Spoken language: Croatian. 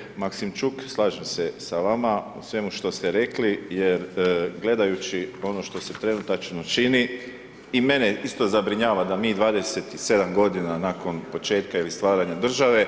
Kolegice Maksimčuk, slažem se s vama u svemu što ste rekli, jer gledajući ono što se trenutačno čini, i mene isto zabrinjava, da mi 27 godina, nakon početka ili stvaranja države,